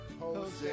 Jose